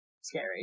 scary